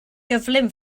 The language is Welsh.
gyflym